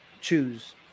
choose